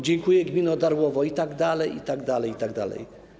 Dziękuje gmina Darłowo itd., itd., itd.